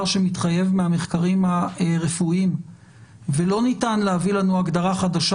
שמתחייב מהמחקרים הרפואיים ולא ניתן להביא לנו הגדרה חדשה